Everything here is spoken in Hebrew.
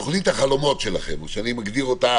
בתוכנית החלומות שלכם או שאני מגדיר את אותה